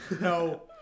no